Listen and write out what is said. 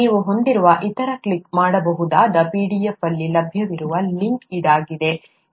ನೀವು ಹೊಂದಿರುವ ಇತರ ಕ್ಲಿಕ್ ಮಾಡಬಹುದಾದ PDF ಅಲ್ಲಿ ಲಭ್ಯವಿರುವ ಲಿಂಕ್ ಇದಾಗಿದೆ